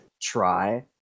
try